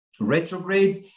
retrogrades